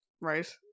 right